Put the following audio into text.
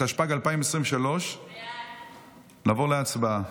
התשפ"ג 2023. נעבור להצבעה.